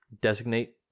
Designate